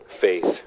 faith